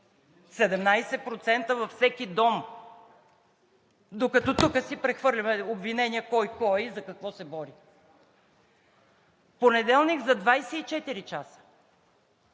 17% във всеки дом, докато тук си прехвърляме обвинения кой кой е и за какво се бори. В понеделник за 24 часа